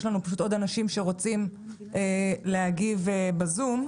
יש לנו עוד אנשים שרוצים להגיב בזום.